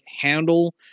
handle